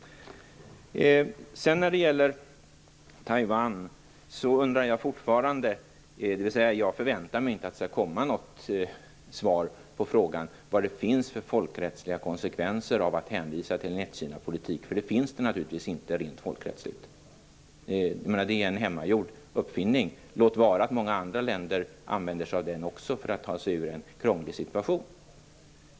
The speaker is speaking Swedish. När det gäller Taiwan undrar jag fortfarande. Jag förväntar mig inte att det skall komma något svar på frågan om de folkrättsliga konsekvenserna av att hänvisa till en ett-Kina-politik, för det finns det naturligtvis inte rent folkrättsligt. Det är en hemmagjord uppfinning - låt var att många andra länder också använder sig av den för att ta sig ur en krånglig situation.